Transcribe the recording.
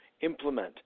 implement